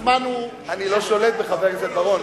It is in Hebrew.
הזמן הוא, אדוני, אני לא שולט בחבר הכנסת בר-און.